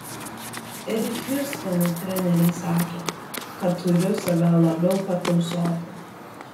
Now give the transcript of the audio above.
ir hjustone treneriai sakė kad turiu save labiau patausoti